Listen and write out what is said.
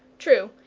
true,